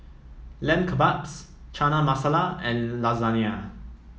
Lamb Kebabs Chana Masala and Lasagne